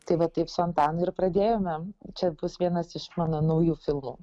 tai va taip su antanu ir pradėjome čia bus vienas iš mano naujų filmų